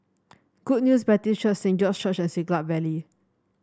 Good News Baptist Church Saint George of Church and Siglap Valley